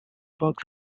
box